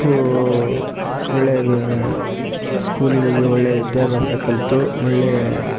ಮಕ್ಕಳು ಒಳ್ಳೆವೇ ಸ್ಕೂಲಿಗೋಗಿ ಒಳ್ಳೇ ವಿದ್ಯಾಭ್ಯಾಸ ಕಲಿತು ಒಳ್ಳೇ